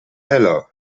heller